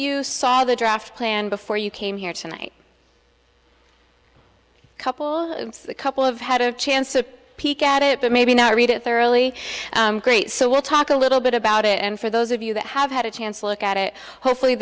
you saw the draft plan before you came here tonight a couple of a couple of had a chance to peek at it but maybe not read it thoroughly great so we'll talk a little bit about it and for those of you that have had a chance to look at it hopefully